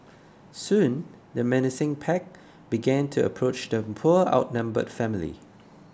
soon the menacing pack began to approach the poor outnumbered family